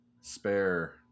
spare